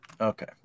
okay